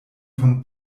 von